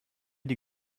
die